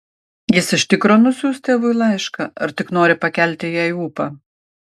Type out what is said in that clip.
jis iš tikro nusiųs tėvui laišką ar tik nori pakelti jai ūpą